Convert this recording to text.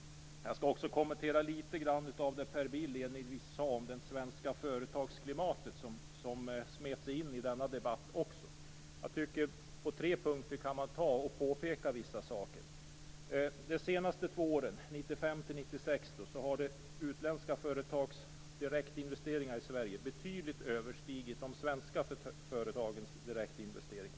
Jag skall också kommentera litet grand av det Per Bill inledningsvis sade om det svenska företagsklimatet, som alltså smet sig in i denna debatt också. På tre punkter kan man påpeka vissa saker. De senaste två åren, 1995-1996, har utländska företags direktinvesteringar i Sverige betydligt överstigit de svenska företagens direktinvesteringar.